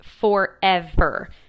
forever